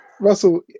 Russell